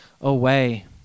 away